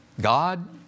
God